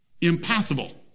Impossible